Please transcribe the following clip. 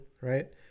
right